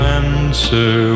answer